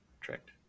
tricked